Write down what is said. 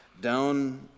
down